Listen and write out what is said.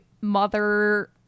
mother